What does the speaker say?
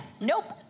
nope